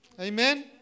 Amen